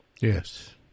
Yes